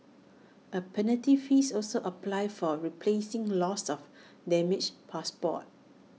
A penalty fees also applies for replacing lost or damaged passports